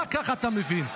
רק ככה אתה מבין.